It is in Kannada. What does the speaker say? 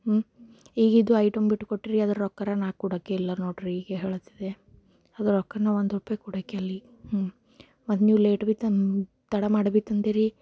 ಹ್ಞೂಂ ಈಗಿದು ಐಟಮ್ ಬಿಟ್ಟು ಕೊಟ್ರಿ ಅದ್ರ ರೊಕ್ಕರೆ ನಾ ಕೊಡೊಕ್ಕಿಲ್ಲ ನೋಡಿರಿ ಈಗೇ ಹೇಳುತ್ತಿದ್ದೆ ಅದ್ರ ರೊಕ್ಕ ನಾ ಒಂದು ರೂಪಾಯಿ ಕೊಡೊಕ್ಕೆ ಇಲ್ಲೀಗ ಹ್ಞೂಂ ಮತ್ತೆ ನೀವು ಲೇಟ್ ಭೀ ತಂ ತಡ ಮಾಡಿ ಭೀ ತಂದಿರಿ